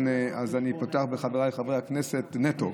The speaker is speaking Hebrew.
אז אני פותח בחבריי חברי הכנסת, נטו.